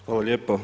Hvala lijepo.